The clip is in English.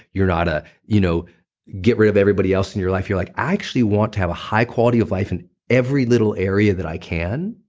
you're not a you know get rid of everybody else in your life, you're like actually want to have a high quality of life in every little area that i can,